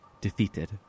defeated